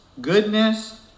goodness